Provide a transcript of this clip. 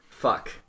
Fuck